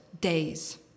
days